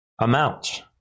amount